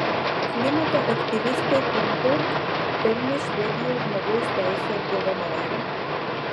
klimato aktyvistė thunberg pelnė švedijos žmogaus teisių apdovanojimą